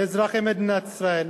לאזרחי מדינת ישראל.